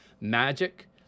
magic